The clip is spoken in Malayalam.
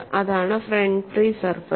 അതാണ് ഫ്രണ്ട് ഫ്രീ സർഫസ്